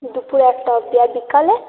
দুপর একটা অবধি আর বিকালে